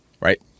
right